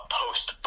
post